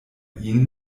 ihnen